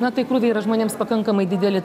na tai krūviai yra žmonėms pakankamai dideli